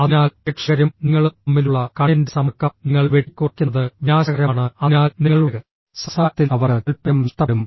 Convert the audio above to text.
അതിനാൽ പ്രേക്ഷകരും നിങ്ങളും തമ്മിലുള്ള കണ്ണിന്റെ സമ്പർക്കം നിങ്ങൾ വെട്ടിക്കുറയ്ക്കുന്നത് വിനാശകരമാണ് അതിനാൽ നിങ്ങളുടെ സംസാരത്തിൽ അവർക്ക് താൽപര്യം നഷ്ടപ്പെടും